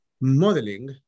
modeling